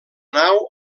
nau